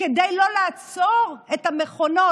כדי לא לעצור את המכונות.